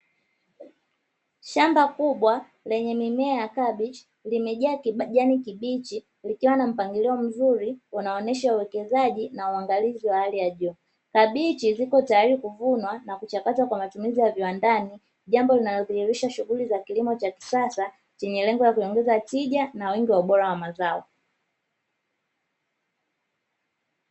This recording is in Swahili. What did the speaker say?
Shamba kubwa lenye mimea ya kabichi limejaa kijani kibichi likiwa na mpangilio mzuri unaonesha uwekezaji na uangalizi wa hali ya juu, kabichi ziko tayari kuvunwa na kuchakatwa kwa matumizi ya viwandani jambo linalodhihirisha shughuli za kilimo cha kisasa chenye lengo la kuongeza tija na wengi wa ubora wa mazao.